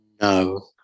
No